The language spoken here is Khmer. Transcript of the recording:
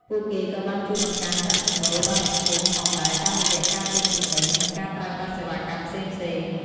ពួកគេក៏បានជួយបង្កើនប្រាក់ចំណូលដល់អ្នកភូមិផងដែរតាមរយៈការទិញទំនិញ និងការប្រើប្រាស់សេវាកម្មផ្សេងៗ។